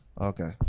Okay